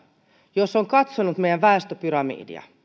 jos on katsonut meidän väestöpyramidiamme